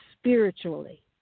spiritually